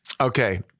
Okay